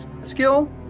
skill